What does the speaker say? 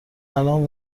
الان